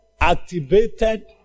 activated